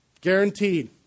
Guaranteed